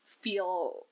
feel